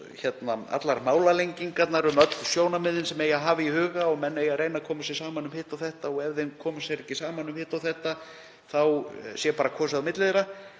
allar málalengingar um öll sjónarmiðin sem hafa eigi í huga, að menn eigi að reyna að koma sér saman um hitt og þetta og ef þeir koma sér ekki saman um hitt og þetta þá sé bara kosið á milli þeirra,